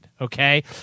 Okay